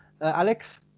Alex